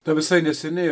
ta visai neseniai